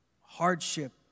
hardship